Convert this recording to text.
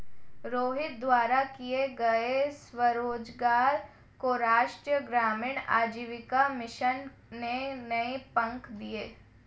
रोहित द्वारा किए गए स्वरोजगार को राष्ट्रीय ग्रामीण आजीविका मिशन ने नए पंख दिए